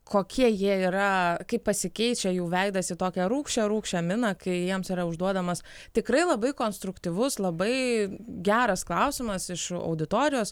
kokie jie yra kaip pasikeičia jų veidas į tokią rūgščią rūgščią miną kai jiems yra užduodamas tikrai labai konstruktyvus labai geras klausimas iš auditorijos